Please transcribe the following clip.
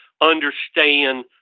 understand